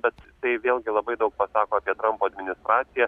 bet tai vėlgi labai daug pasako apie trampo administraciją